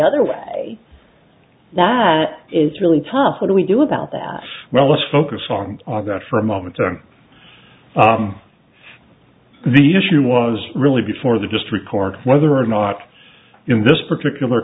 other way that is really tough what do we do about that well let's focus on that for a moment and the issue was really before the just record whether or not in this particular